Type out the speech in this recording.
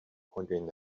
pointing